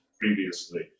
previously